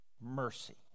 mercy